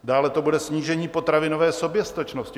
Dále to bude snížení potravinové soběstačnosti.